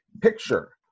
picture